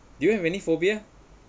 do you have any phobia